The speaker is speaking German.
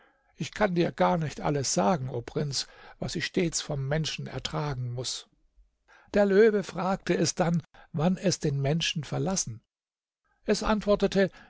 ich kann dir gar nicht alles sagen o prinz was ich stets vom menschen ertragen muß der löwe fragte es dann wann es den menschen verlassen es antwortete